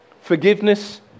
Forgiveness